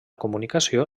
comunicació